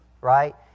right